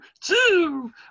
two